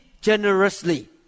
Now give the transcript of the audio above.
generously